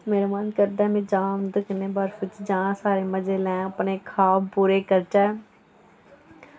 मेरा मन करदा ऐ में जां उं'दे कन्नै बर्फ च जां सारे मजे लैं अपने खोआब पूरे करचै